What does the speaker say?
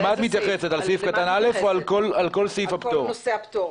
מתייחסת על סעיף קטן (א) או על כל נושא הפטור?